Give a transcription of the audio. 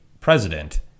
president